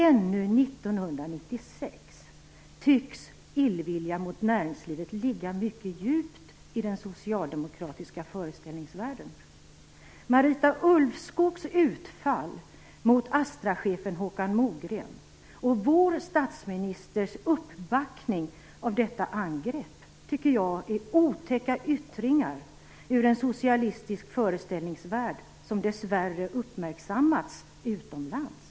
Ännu 1996 tycks illvilja mot näringslivet ligga mycket djupt i den socialdemokratiska föreställningsvärlden. Marita Ulvskogs utfall mot Astrachefen Håkan Mogren och vår statsministers uppbackning av detta angrepp är otäcka yttringar ur en socialistisk föreställningsvärld som dessvärre uppmärksammats utomlands.